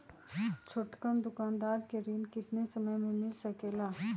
छोटकन दुकानदार के ऋण कितने समय मे मिल सकेला?